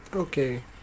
Okay